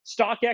StockX